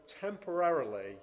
temporarily